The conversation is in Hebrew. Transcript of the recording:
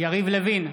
יריב לוין,